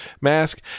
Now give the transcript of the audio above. mask